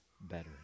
better